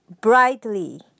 brightly